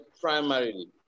primarily